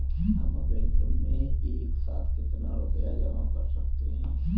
हम बैंक में एक साथ कितना रुपया जमा कर सकते हैं?